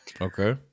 Okay